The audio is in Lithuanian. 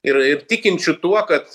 ir ir tikinčių tuo kad